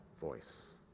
voice